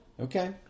Okay